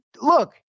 look